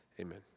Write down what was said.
Amen